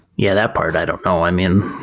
yeah, that part i don't know. i mean,